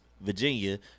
Virginia